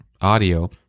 audio